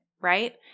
right